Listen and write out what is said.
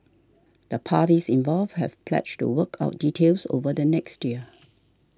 the parties involved have pledged to work out details over the next year